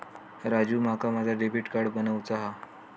राजू, माका माझा debit card बनवूचा हा